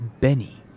Benny